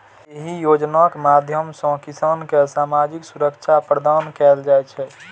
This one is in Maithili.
एहि योजनाक माध्यम सं किसान कें सामाजिक सुरक्षा प्रदान कैल जाइ छै